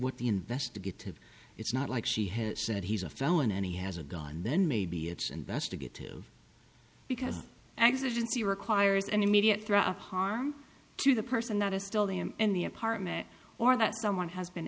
what the investigative it's not like she has said he's a felon and he hasn't gone then maybe it's investigative because i didn't see requires an immediate threat of harm to the person that is still them in the apartment or that someone has been